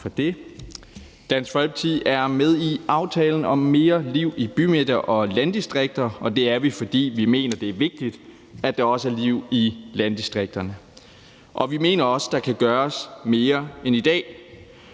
Dansk Folkeparti er med i aftalen om mere liv i bymidter og landdistrikter, og det er vi, fordi vi mener, det er vigtigt, at der også er liv i landdistrikterne. Og vi mener også, at der kan gøres mere end i dag.